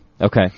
okay